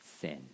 sin